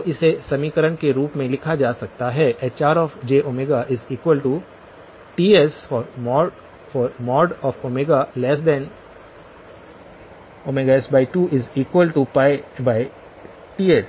तो इसे समीकरण के रूप में लिखा जा सकता है HrjTs s2Ts